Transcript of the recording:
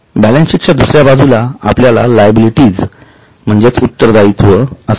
balance sheet च्या दुसऱ्या बाजूस आपल्याला लायबिलिटीज म्हणजेच उत्तरदायित्व असते